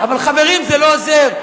אבל, חברים, זה לא עוזר.